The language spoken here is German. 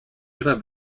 ihrer